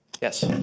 Yes